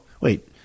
wait